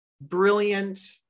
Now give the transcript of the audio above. brilliant